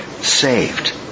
saved